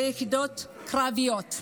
ביחידות קרביות.